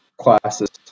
classes